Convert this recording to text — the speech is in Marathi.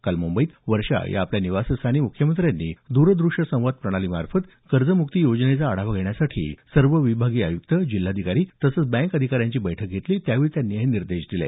काल मुंबईत वर्षा या आपल्या निवासस्थानी मुख्यमंत्र्यांनी द्रदृष्य संवाद प्रणालीमार्फत कर्जमुक्ती योजनेचा आढावा घेण्यासाठी सर्व विभागीय आयुक्त जिल्हाधिकारी तसंच बँक अधिकाऱ्यांची बैठक घेतली त्यावेळी त्यांनी हे निर्देश दिले